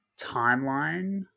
timeline